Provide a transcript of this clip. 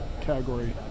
category